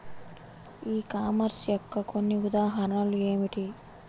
E commerce యొక్క కొన్ని ఉదాహరణలు ఏమిటి?